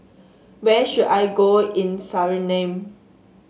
where should I go in Suriname